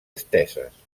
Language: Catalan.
esteses